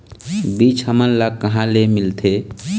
बीज हमन ला कहां ले मिलथे?